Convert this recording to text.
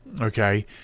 okay